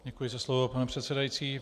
Děkuji za slovo, pane předsedající.